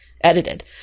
edited